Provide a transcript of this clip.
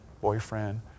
boyfriend